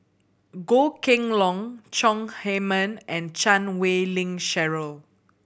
Goh Kheng Long Chong Heman and Chan Wei Ling Cheryl